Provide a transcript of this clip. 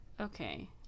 Okay